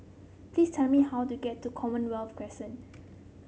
please tell me how to get to Commonwealth Crescent